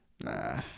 Nah